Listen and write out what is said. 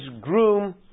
groom